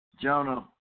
Jonah